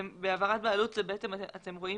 בהעברת בעלות אתם רואים